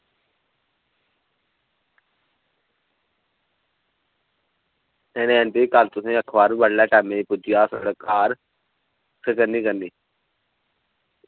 ते एह् अखबार बी टैमें दी पुज्जी जाह्ग थुआढ़े घर फिक्र निं करनी